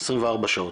24 שעות.